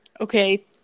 Okay